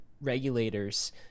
regulators